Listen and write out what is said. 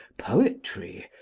poetry,